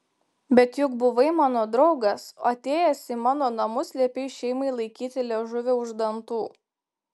bet juk buvai mano draugas o atėjęs į mano namus liepei šeimai laikyti liežuvį už dantų